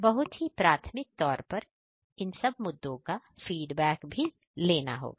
बहुत ही प्राथमिक तौर पर इन सब मुद्दों का फीडबैक भी लेना होगा